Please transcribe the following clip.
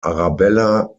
arabella